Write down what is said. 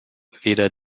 weder